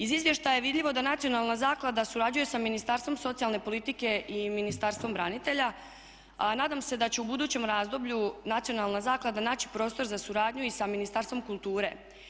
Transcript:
Iz izvještaja je vidljivo da nacionalna zaklada surađuje sa Ministarstvom socijalne politike i Ministarstvom branitelja a nadam se da će u budućem razdoblju nacionalna zaklada naći prostor za suradnju i sa Ministarstvom kulture.